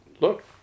Look